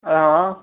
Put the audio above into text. हां